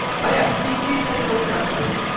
but yeah, keep keep sending those questions.